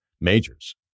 majors